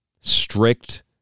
strict